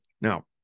Now